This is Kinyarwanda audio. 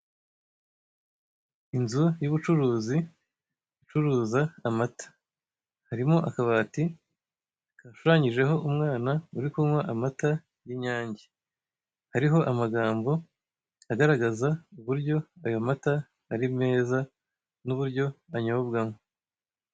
Inzu y'ubucuruzi icuruza amata, harimo akabati gashushanyijeho umwana uri kunywa amata y'Inyange, hariho amagambo agaragaza uburyo ayo mata ari meza n'uburyo anyobwamo.